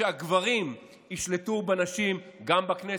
שהגברים ישלטו בנשים גם בכנסת,